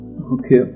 Okay